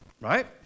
right